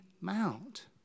Mount